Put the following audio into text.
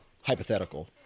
hypothetical